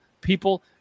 people